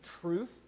truth